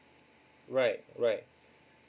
right right